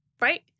right